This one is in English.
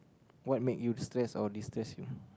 what make you stress or destress